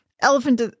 Elephant